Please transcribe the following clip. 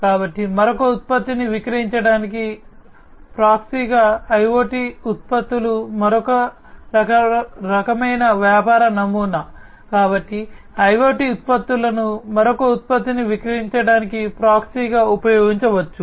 కాబట్టి మరొక ఉత్పత్తిని విక్రయించడానికి ప్రాక్సీగా IoT ఉత్పత్తులు మరొక రకమైన వ్యాపార నమూనా కాబట్టి IoT ఉత్పత్తులను మరొక ఉత్పత్తిని విక్రయించడానికి ప్రాక్సీగా ఉపయోగించవచ్చు